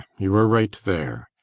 you are right there.